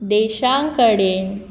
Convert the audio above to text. देशांकडेन